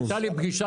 היתה לי פגישה